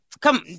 Come